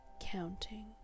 counting